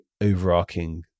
overarching